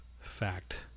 fact